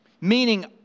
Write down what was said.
Meaning